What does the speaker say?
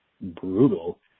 brutal